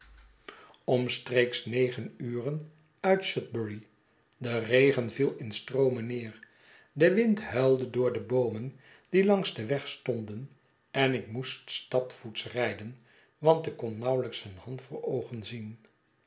omstreeks negen uren uit sudbury de regen viel in stroomen neer de wind huilde door de boomen die langs den weg stonden en ik moest stapvoets rijden want ik kon nauwelijks een hand voor oogen zien